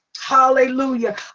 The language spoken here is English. hallelujah